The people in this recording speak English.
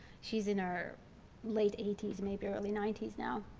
she's in her late eighty s, maybe early ninety s now.